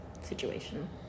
situation